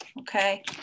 Okay